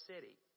city